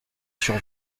sur